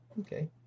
okay